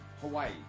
Hawaii